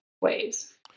ways